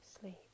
sleep